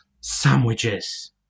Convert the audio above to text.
sandwiches